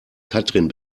katrin